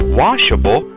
washable